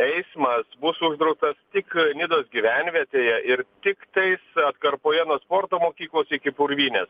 eismas bus uždraustas tik nidos gyvenvietėje ir tiktais atkarpoje nuo sporto mokyklos iki purvynės